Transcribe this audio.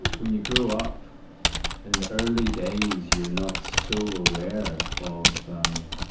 when you grow up in the early days, you're not so aware of, um,